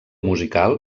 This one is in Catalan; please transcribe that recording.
musical